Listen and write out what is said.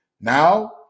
Now